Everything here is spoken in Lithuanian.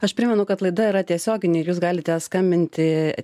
aš primenu kad laida yra tiesioginė ir jūs galite skambinti